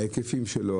ההיקפים שלו,